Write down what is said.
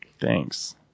Thanks